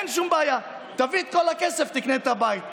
אין שום בעיה, תביא את כל הכסף ותקנה את הבית.